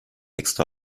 extra